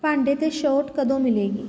ਭਾਂਡੇ 'ਤੇ ਛੋਟ ਕਦੋਂ ਮਿਲੇਗੀ